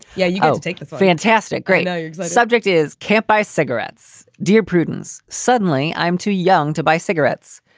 yeah. you don't take the fantastic. great. now the yeah like subject is can't buy cigarettes, dear prudence. suddenly i'm too young to buy cigarettes.